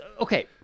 Okay